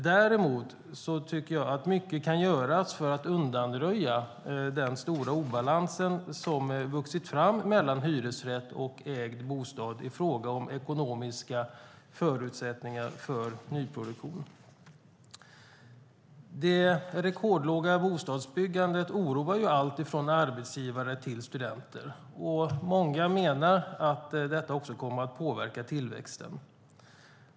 Däremot tycker jag att mycket kan göras för att undanröja den stora obalans som vuxit fram mellan hyresrätt och ägd bostad i fråga om ekonomiska förutsättningar för nyproduktion. Det rekordlåga bostadsbyggandet oroar alla, från arbetsgivare till studenter. Många menar att detta kommer att påverka tillväxten.